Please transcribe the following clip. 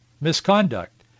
misconduct